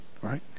right